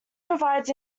provides